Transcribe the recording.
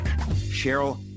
Cheryl